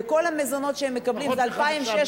וכל המזונות שהן מקבלות זה 2,600,